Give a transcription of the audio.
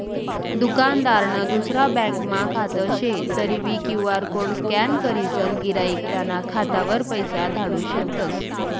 दुकानदारनं दुसरा ब्यांकमा खातं शे तरीबी क्यु.आर कोड स्कॅन करीसन गिराईक त्याना खातावर पैसा धाडू शकतस